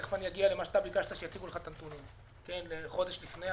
תכף אני אגיע לבקשה שלך שיציגו לך את הנתונים לחודש לפני,